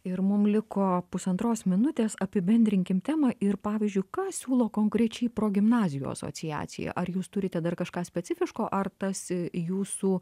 ir mum liko pusantros minutės apibendrinkim temą ir pavyzdžiui ką siūlo konkrečiai progimnazijų asociacija ar jūs turite dar kažką specifiško ar tas jūsų